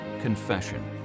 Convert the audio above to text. confession